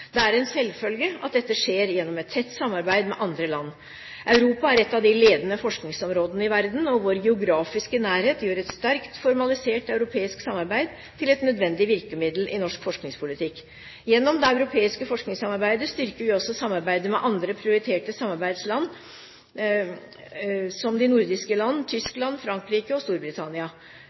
Det er en selvfølge at dette skjer gjennom et tett samarbeid med andre land. Europa er et av de ledende forskningsområdene i verden, og vår geografiske nærhet gjør et sterkt formalisert europeisk samarbeid til et nødvendig virkemiddel i norsk forskningspolitikk. Gjennom det europeiske forskningssamarbeidet styrker vi også samarbeidet med andre prioriterte samarbeidsland som de nordiske landene, Tyskland, Frankrike og Storbritannia.